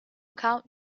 count